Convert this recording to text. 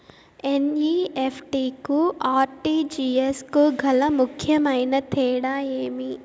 NEFT కు RTGS కు గల ముఖ్యమైన తేడా ఏమి?